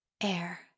Air